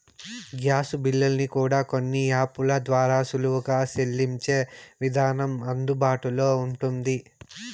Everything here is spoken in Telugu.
గ్యాసు బిల్లుల్ని కూడా కొన్ని యాపుల ద్వారా సులువుగా సెల్లించే విధానం అందుబాటులో ఉంటుంది